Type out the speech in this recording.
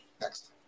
next